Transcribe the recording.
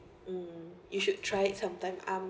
mm you should try it sometime um